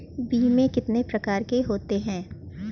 बीमे के कितने प्रकार हैं?